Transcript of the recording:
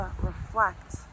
reflect